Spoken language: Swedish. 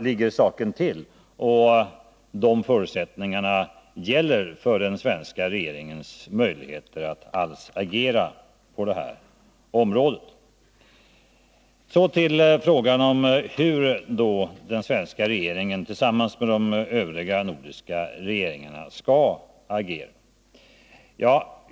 Det är dessa förutsättningar som gäller för den svenska regeringens agerande på det här området. Så till frågan om hur den svenska regeringen då tillsammans med de övriga nordiska regeringarna skall agera.